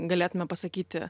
galėtume pasakyti